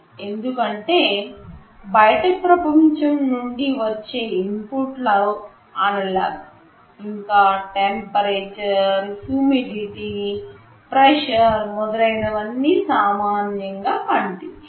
ఎందుకంటే బయటి ప్రపంచం నుండి వచ్చే ఇన్పుట్లు అనలాగ్ ఇంకా టెంపరేచర్ హుమిదిటీ ప్రెషర్ మొదలైనవన్నీ సామాన్యంగా కంటిన్యూస్